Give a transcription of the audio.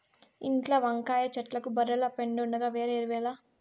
ఇంట్ల వంకాయ చెట్లకు బర్రెల పెండుండగా వేరే ఎరువేల